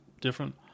different